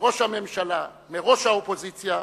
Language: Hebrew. מראש הממשלה, מראש האופוזיציה,